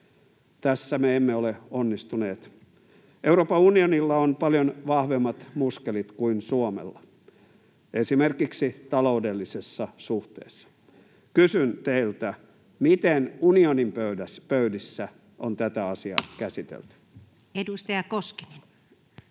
Tässä me emme ole onnistuneet. Euroopan unionilla on paljon vahvemmat muskelit kuin Suomella — esimerkiksi taloudellisessa suhteessa. Kysyn teiltä: miten unionin pöydissä on tätä asiaa käsitelty? Edustaja Koskinen.